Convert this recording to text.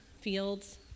fields